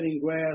grass